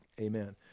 amen